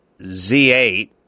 Z8